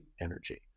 energy